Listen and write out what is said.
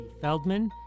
Feldman